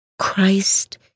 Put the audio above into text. Christ